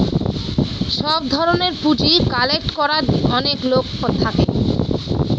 সব ধরনের পুঁজি কালেক্ট করার অনেক লোক থাকে